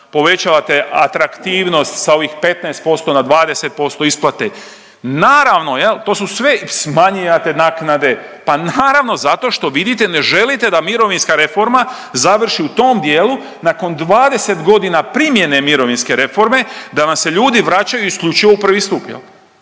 povećavate atraktivnost sa ovih 15% na 20% isplate, naravno tu su sve, smanjvate naknade, pa naravno zato što vidite ne želite da mirovinska reforma završi u tom dijelu nakon 20 godina primjene mirovinske reforme da vam se ljudi vraćaju isključivo u prvi stup,